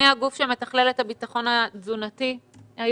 מי הגוף שמתכלל את הביטחון התזונתי היום.